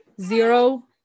zero